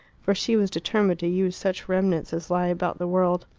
for she was determined to use such remnants as lie about the world.